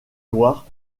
loire